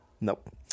Nope